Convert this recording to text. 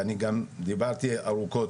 ואני גם דיברתי ארוכות,